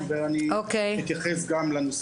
במוקדים אורתופדיים ולנו יש יכולת לקלוט חלק מהמתמחים,